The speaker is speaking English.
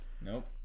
Nope